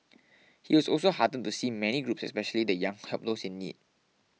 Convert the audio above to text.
he was also heartened to see many groups especially the young help those in need